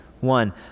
One